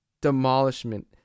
demolishment